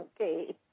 Okay